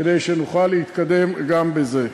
כך שנוכל להתקדם גם בזה.